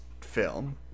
film